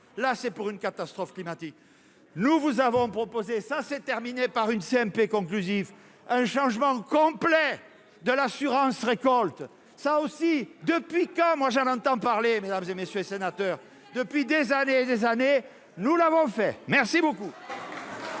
là, c'est pour une catastrophe climatique, nous vous avons proposé ça s'est terminé par une CMP conclusive un changement complet de l'assurance-récolte ça aussi, depuis quand moi j'en entends parler, mesdames et messieurs les sénateurs, depuis des années et des années, nous l'avons fait merci beaucoup.